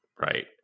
Right